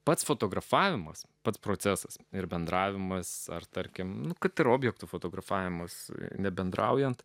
pats fotografavimas pats procesas ir bendravimas ar tarkim kad ir objektų fotografavimas nebendraujant